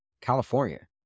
California